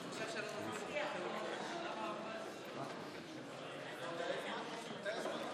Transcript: הודעת הממשלה על העברת סמכויות משרת הכלכלה והתעשייה לשרת החדשנות,